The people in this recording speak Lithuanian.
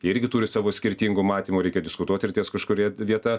irgi turi savo skirtingų matymų reikia diskutuot ir ties kažkuria vieta